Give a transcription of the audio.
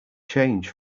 change